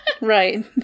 right